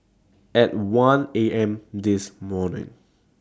At one A M This morning